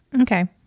Okay